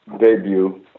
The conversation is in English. debut